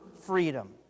freedom